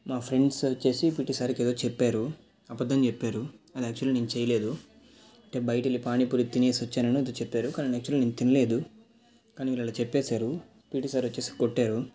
మా ఫ్రెండ్స్ వచ్చేసి పీఈటీ సార్కి ఏదో చెప్పారు అబద్ధం చెప్పారు అది యాక్చువలీ నేను చేయలేదు అంటే బయటకి వెళ్ళి పానీపూరి తినేసి వచ్చానని ఎదో చెప్పారు కానీ యాక్చువలి నేను తినలేదు కానీ వీళ్ళు అలా చెప్పేసారు పీఈటీ సార్ వచ్చేసి కొట్టారు